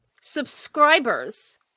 subscribers